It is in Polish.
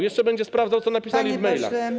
Jeszcze będzie sprawdzał, co napisali w mailach.